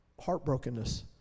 heartbrokenness